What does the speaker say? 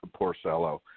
Porcello